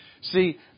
See